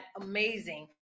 amazing